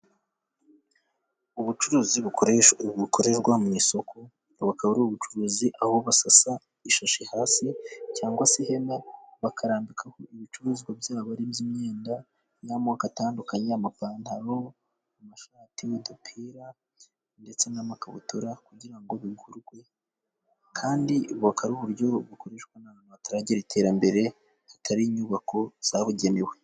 Ubucuruzi bukorerwa mu isoko， bukaba ari ubucuruzi aho basasa ishashi hasi cyangwa se ihema， bakarambikaho ibicuruzwa byabo， ari by'imyenda y'amoko atandukanye， amapantaro， amashati y'udupira，ndetse n'amakabutura， kugira ngo bigurwe kandi bukaba ari uburyo bukoreshwa n'abantu bataragira iterambere， hatari inyubako zabugenewe.